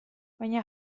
baina